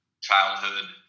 childhood